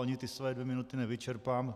Ani ty své dvě minuty nevyčerpám.